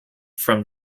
from